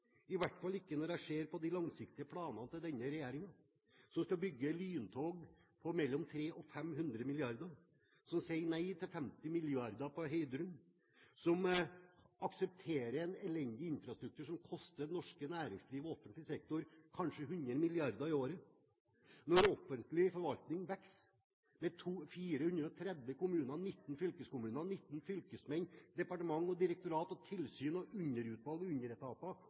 i hvert fall ikke når jeg ser på de langsiktige planene til denne regjeringen, som skal bygge lyntog til mellom 300 og 500 mrd. kr, som sier nei til 50 mrd. kr til Heidrun-feltet, og som aksepterer en elendig infrastruktur som koster det norske næringsliv og offentlig sektor kanskje 100 mrd. kr i året. Når offentlig forvaltning vokser med 430 kommuner, 19 fylkeskommuner, 19 fylkesmenn, departementer, direktorater, tilsyn, underutvalg og underetater overalt, uten evne og